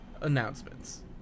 announcements